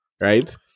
right